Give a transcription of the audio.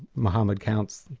mohammed counts,